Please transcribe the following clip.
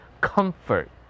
comfort